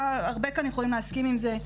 הרבה כאן יכולים להסכים עם זה,